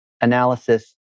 analysis